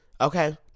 Okay